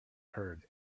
herd